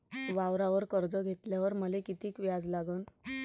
वावरावर कर्ज घेतल्यावर मले कितीक व्याज लागन?